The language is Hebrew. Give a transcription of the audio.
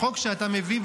החוק שאתה מביא,